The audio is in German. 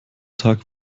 tag